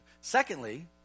Secondly